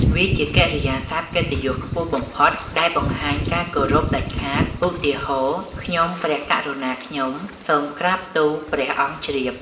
វាជាកិរិយាសព្ទកិត្តិយសខ្ពស់បំផុតដែលបង្ហាញការគោរពដាច់ខាត ឧទាហរណ៍ ខ្ញុំព្រះករុណាខ្ញុំ សូមក្រាបទូល ព្រះអង្គជ្រាប។